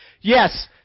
Yes